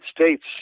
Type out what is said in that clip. States